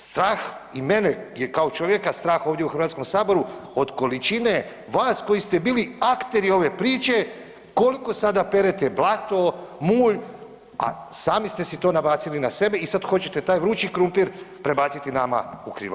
Strah i mene je kao čovjeka strah ovdje u Hrvatskom saboru od količine vas koji ste bili akteri ove priče koliko sada perete blato, mulj, a sami ste si to nabacili na sebe i sad hoćete taj vrući krumpir prebaciti nama u krilo.